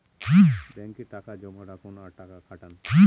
ব্যাঙ্কে টাকা জমা রাখুন আর টাকা খাটান